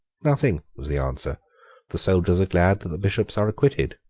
nothing, was the answer the soldiers are glad that the bishops are acquitted.